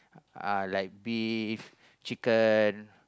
uh like beef chicken